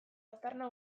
aztarna